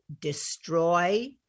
destroy